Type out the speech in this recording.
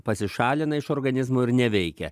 pasišalina iš organizmo ir neveikia